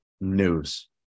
news